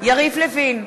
יריב לוין,